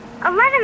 Eleven